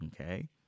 okay